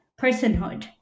personhood